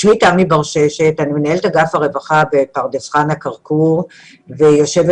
אני מנהלת אגף הרווחה בפרדס חנה-כרכור ויושבת